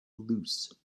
loose